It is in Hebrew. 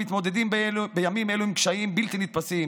המתמודדים בימים אלו עם קשיים בלתי נתפסים.